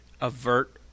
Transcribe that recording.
avert